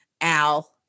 al